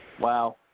Wow